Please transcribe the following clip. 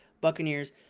Buccaneers